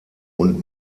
und